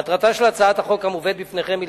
מטרתה של הצעת החוק המובאת בפניכם היא